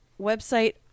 Website